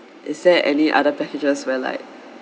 is there any other packages where like